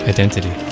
Identity